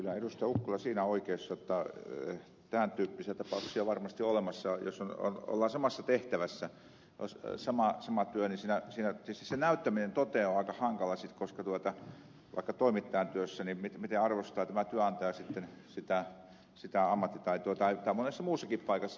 ukkola on siinä oikeassa jotta tämän tyyppisiä tapauksia varmasti on olemassa joissa ollaan samassa tehtävässä on sama työ mutta tietysti sen näyttäminen toteen on aika hankalaa vaikka toimittajan työssä miten arvostaa työnantaja sitten sitä ammattitaitoa tai monessa muussakin paikassa